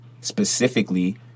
specifically